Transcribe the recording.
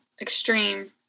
extreme